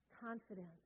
confidence